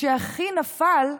כשאחי נפל,